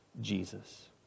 Jesus